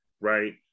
right